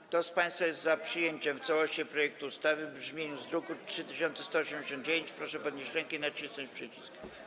Kto z państwa jest za przyjęciem w całości projektu ustawy w brzmieniu z druku nr 3189, proszę podnieść rękę i nacisnąć przycisk.